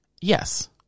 Yes